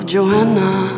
Johanna